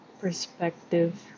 perspective